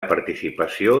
participació